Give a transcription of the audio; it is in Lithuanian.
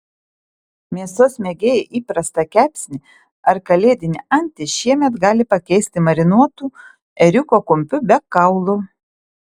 mėsos mėgėjai įprastą kepsnį ar kalėdinę antį šiemet gali pakeisti marinuotu ėriuko kumpiu be kaulų